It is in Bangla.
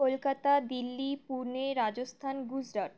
কলকাতা দিল্লি পুনে রাজস্থান গুজরাট